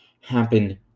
happen